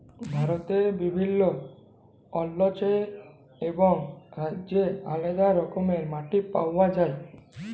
ভারতে বিভিল্ল্য অল্চলে এবং রাজ্যে আলেদা রকমের মাটি পাউয়া যায়